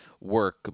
work